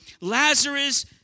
Lazarus